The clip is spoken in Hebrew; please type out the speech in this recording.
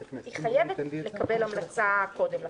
היא חייבת לקבל המלצה קודם לכן.